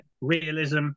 realism